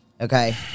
Okay